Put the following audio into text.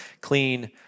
clean